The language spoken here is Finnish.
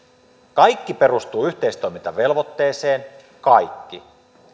kaikki perustuu yhteistoimintavelvoitteeseen kaikki